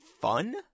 fun